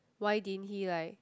why didn't he like